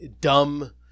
dumb